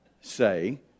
say